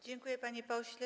Dziękuję, panie pośle.